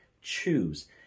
choose